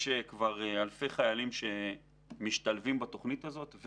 יש כבר אלפי חיילים שמשתלבים בתוכנית הזאת.